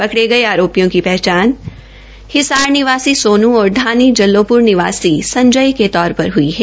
पकड़े गये आरोपी की पहचान हिसार निवासी सोनू और श्राणी जल्लोपूर निवासी संजय के तौर पर हई है